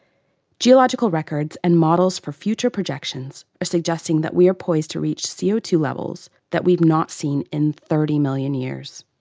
geological records and models for future projections are suggesting that we are poised to reach c o two levels that we've not seen in thirty million years.